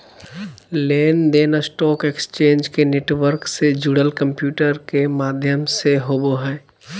लेन देन stock exchange के network से जुड़ल कंम्प्यूटर के माध्यम से होबो हइ